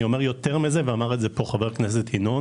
יותר מזה, ואמר את זה חבר הכנסת ינון